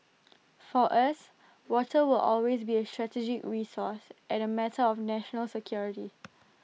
for us water will always be A strategic resource and A matter of national security